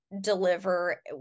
deliver